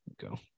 go